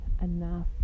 enough